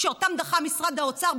שאותן דחה משרד האוצר,